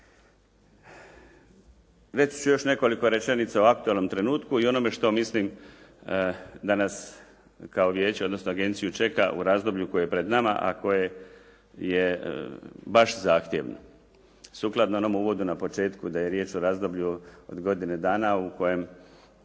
Reći ću još nekoliko rečenica o aktualnom trenutku i onome što mislim da nas kao vijeće odnosno kao agenciju čeka u razdoblju koje pred nama a koje je baš zahtjevno, sukladno onome uvodnome na početku da je riječ o razdoblju od godine dana u kojem